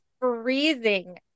freezing